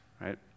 Right